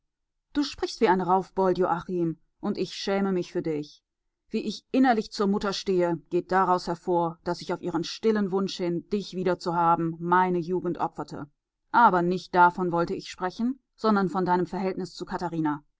du sprichst wie ein raufbold joachim und ich schäme mich für dich wie ich innerlich zur mutter stehe geht daraus hervor daß ich auf ihren stillen wunsch hin dich wiederzuhaben meine jugend opferte aber nicht davon wollte ich sprechen sondern von deinem verhältnis zu